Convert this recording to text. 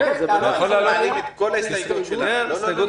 אנחנו מעלים את כל ההסתייגויות שלנו.